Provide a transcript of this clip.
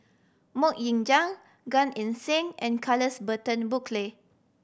Mok Ying Jang Gan Eng Seng and Charles Burton Buckley